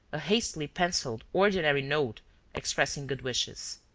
a hastily pencilled, ordinary note expressing good wishes.